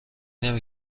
نمی